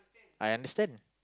I understand